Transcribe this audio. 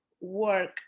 work